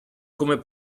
come